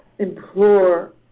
implore